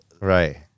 Right